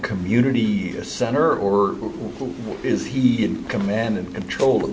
community center or is he in command and control